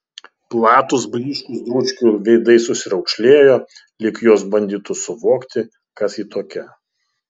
platūs blyškūs dručkių veidai susiraukšlėjo lyg jos bandytų suvokti kas ji tokia